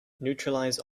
neutralize